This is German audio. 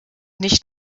nicht